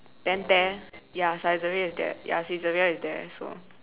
then there ya Saizeriya is there ya Saizeriya is there so